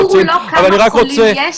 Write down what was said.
אז הסיפור הוא לא כמה חולים יש,